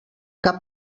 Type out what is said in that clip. cap